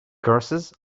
curses